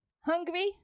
hungry